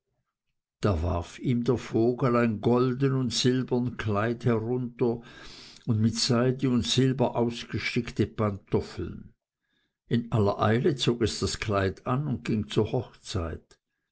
da warf ihm der vogel ein golden und silbern kleid herunter und mit seide und silber ausgestickte pantoffeln in aller eile zog es das kleid an und ging zur hochzeit